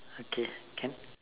okay can